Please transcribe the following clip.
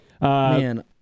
man